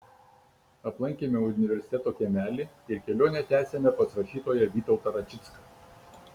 aplankėme universiteto kiemelį ir kelionę tęsėme pas rašytoją vytautą račicką